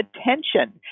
attention